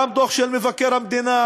גם דוח של מבקר המדינה,